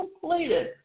completed